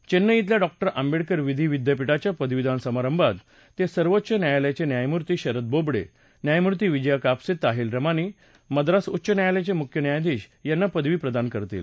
चेन्नई श्वेल्या डॉ आंबडेकर विधी विद्यापीठाच्या पदवीदान समारभात ते सर्वोच्च न्यायालयाचे न्यायमूर्ती शरद बोबडे न्यायमूर्ती विजया कापसे ताहीलरमानी मद्रास उच्च न्यायालयाचे मुख्य न्यायाधीश यांना पदवी प्रदान करतील